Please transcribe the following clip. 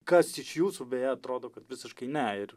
kas iš jūsų beje atrodo kad visiškai ne ir